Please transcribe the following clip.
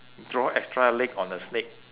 draw extra leg on a snake